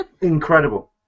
Incredible